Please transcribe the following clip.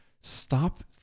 stop